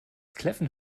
kläffen